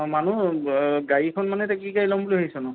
অ মানুহ গাড়ীখন মানে এতিয়া কি গাড়ী ল'ম বুলি ভাবিছনো